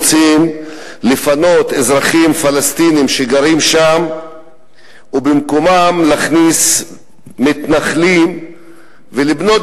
רוצים לפנות אזרחים פלסטינים שגרים שם ובמקומם להכניס מתנחלים ולבנות